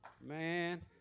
Man